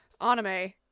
anime